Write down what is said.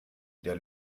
der